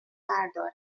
بردارم